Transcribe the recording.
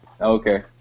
Okay